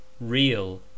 Real